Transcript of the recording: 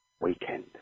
weekend